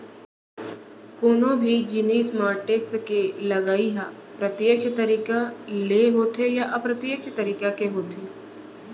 कोनो भी जिनिस म टेक्स के लगई ह प्रत्यक्छ तरीका ले होथे या अप्रत्यक्छ तरीका के होथे